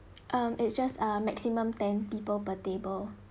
um it's just uh maximum ten people per table